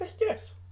yes